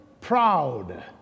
proud